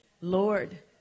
Lord